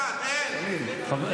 אין שקל אחד.